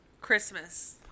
Christmas